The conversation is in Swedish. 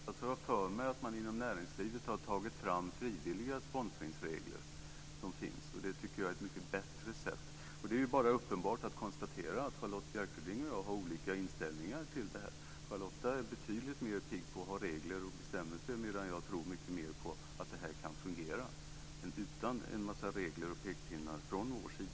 Fru talman! Jag kan vara fel underrättad, men jag har för mig att man inom näringslivet har tagit fram frivilliga sponsringsregler. Det tycker jag är ett mycket bättre sätt. Det är uppenbart bara att konstatera att Charlotta Bjälkebring och jag har olika inställningar till det här. Charlotta är betydligt mer pigg på regler och bestämmelser, medan jag tror mycket mer på att det här kan fungera utan en massa regler och pekpinnar från vår sida.